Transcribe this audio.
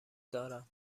دارم